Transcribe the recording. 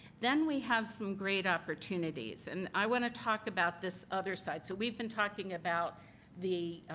then we have some great opportunities. and i want to talk about this other side. so we've been talking about the